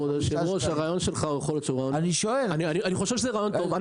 אני חושב שזה רעיון טוב.